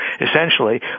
essentially